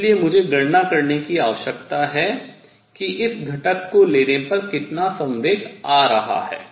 इसलिए मुझे गणना करने की आवश्यकता है कि इस घटक को लेने पर कितना संवेग आ रहा है